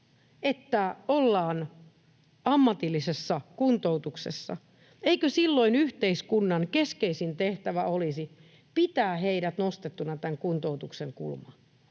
että ollaan ammatillisessa kuntoutuksessa: eikö silloin yhteiskunnan keskeisin tehtävä olisi pitää hänet nostettuna tämän kuntoutuksen kulmaan?